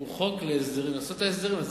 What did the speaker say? הוא חוק לעשות את ההסדרים.